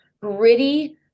gritty